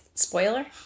Spoiler